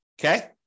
Okay